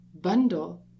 bundle